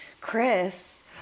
Chris